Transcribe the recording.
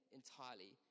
entirely